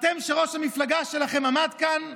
אתם, שראש המפלגה שלכם עמד כאן ואמר: